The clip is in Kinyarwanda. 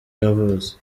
yavutse